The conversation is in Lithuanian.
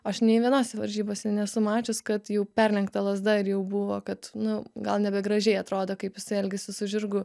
aš nei vienose varžybose nesu mačius kad jau perlenkta lazda ir jau buvo kad nu gal nebegražiai atrodo kaip jisai elgiasi su žirgu